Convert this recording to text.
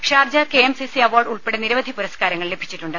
Sharjah K M C C award ഉൾപ്പെടെ നിരവധി പുരസ്കാരങ്ങൾ ലഭിച്ചിട്ടുണ്ട്